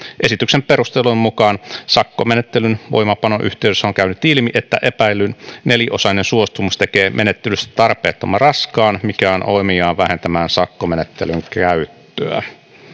esityksen perustelujen mukaan sakkomenettelyn voimaanpanon yhteydessä on käynyt ilmi että epäillyn neliosainen suostumus tekee menettelystä tarpeettoman raskaan mikä on omiaan vähentämään sakkomenettelyn käyttöä